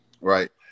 right